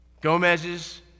Gomez's